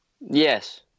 Yes